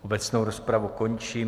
Obecnou rozpravu končím.